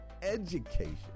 education